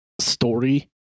story